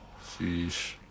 Sheesh